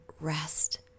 rest